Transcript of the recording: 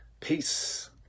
peace